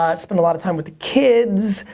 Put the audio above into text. ah spent a lot of time with the kids.